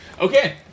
Okay